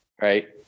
Right